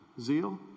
Zeal